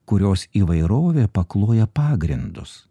kurios įvairovė pakloja pagrindus